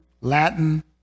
Latin